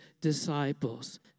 disciples